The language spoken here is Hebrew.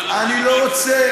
אני לא רוצה.